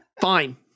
Fine